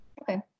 Okay